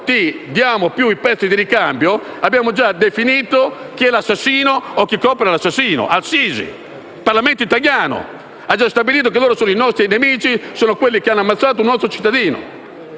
gli forniamo più i pezzi di ricambio, abbiamo già definito chi è l'assassino o chi copre l'assassinio: al-Sisi. Il Parlamento italiano ha già stabilito che loro sono i nostri nemici, sono quelli che hanno ammazzato un nostro cittadino.